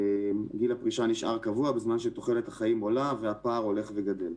גיל הפרישה נשאר קבוע בזמן שתוחלת החיים עולה והפער הולך וגדל.